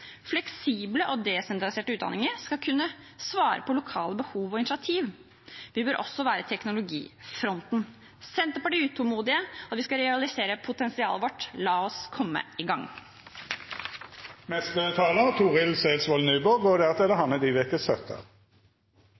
Fleksible og desentraliserte utdanninger skal kunne svare på lokale behov og initiativ. Vi bør også være i teknologifronten. Senterpartiet er utålmodige på at vi skal realisere potensialet vårt. La oss komme i gang!